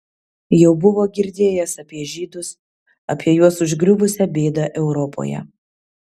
jau buvo girdėjęs apie žydus apie juos užgriuvusią bėdą europoje